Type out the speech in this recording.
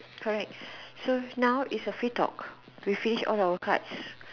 correct so now is a free talk we've finished all our cards